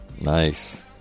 nice